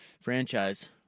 franchise